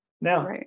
Now